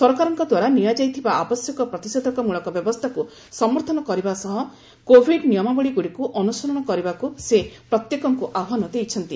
ସରକାରଙ୍କ ଦ୍ୱାରା ନିଆଯାଇଥିବା ଆବଶ୍ୟକ ପ୍ରତିଷେଧକମଳକ ବ୍ୟବସ୍ଥାକୁ ସମର୍ଥନ କରିବା ସହ କୋଭିଡ୍ ନିୟମାବଳୀ ଗୁଡିକୁ ଅନୁସରଣ କରିବାକୁ ସେ ପ୍ରତ୍ୟେକଙ୍କୁ ଆହ୍ୱାନ ଦେଇଛନ୍ତି